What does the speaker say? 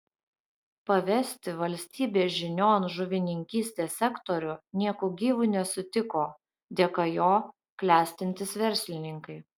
pavesti valstybės žinion žuvininkystės sektorių nieku gyvu nesutiko dėka jo klestintys verslininkai